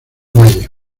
valle